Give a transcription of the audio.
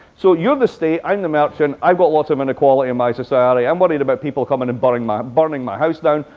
so you're the state, i'm the merchant, i've got lots of inequality in my society i'm worried about people coming and burning my burning my house down.